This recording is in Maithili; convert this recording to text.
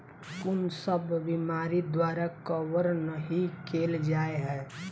कुन सब बीमारि द्वारा कवर नहि केल जाय है?